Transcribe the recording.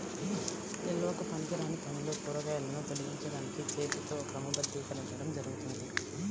నిల్వకు పనికిరాని పండ్లు, కూరగాయలను తొలగించడానికి చేతితో క్రమబద్ధీకరించడం జరుగుతుంది